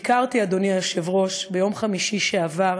ביקרתי, אדוני היושב-ראש, ביום חמישי שעבר